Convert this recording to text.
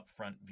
upfront